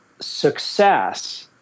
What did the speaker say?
success –